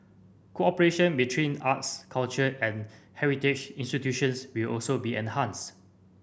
cooperation between arts culture and heritage institutions will also be enhanced